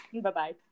Bye-bye